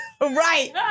Right